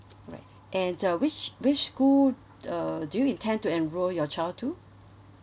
alright and uh which which school uh do you intend to enroll your child to